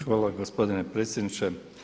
Hvala gospodine predsjedniče.